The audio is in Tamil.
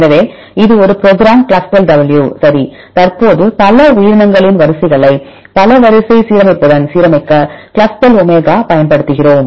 எனவே இது ஒரு ப்ரோக்ராம் ClustalW சரி தற்போது பல உயிரினங்களின் வரிசைகளை பல வரிசை சீரமைப்புடன் சீரமைக்க Clustal omega பயன்படுத்துகிறோம்